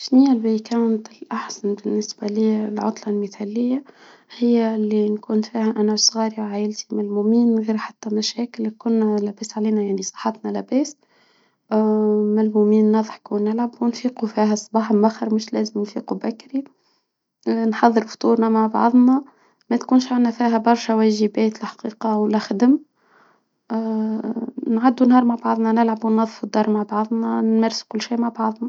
شنيا الأحسن بالنسبة ليا العطلة المثالية؟ هي اللي نكون فيها أنا و صغاري وعائلتي ملمومين من غير حتى مشاكل، كنا لابأس علينا يعني صحتنا لابأس ملمومين نضحكوا ونلعبوا، نفيقوا فيها الصباح مأخر مش لازم نفيقوا بكري، نحضر فطورنا مع بعضنا، متكونش عندنا فيها برشا واجبات الحقيقة ولا خدم، نعدو نهار مع بعضنا، نلعبو و وننضفوا الدار مع بعضنا، نمارسو اكل شي مع بعضنا.